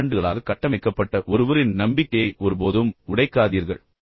பல ஆண்டுகளாக கட்டமைக்கப்பட்ட ஒருவரின் நம்பிக்கையை ஒருபோதும் உடைக்காதீர்கள்